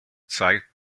zeit